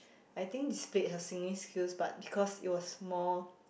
I think displayed her singing skills but because it was more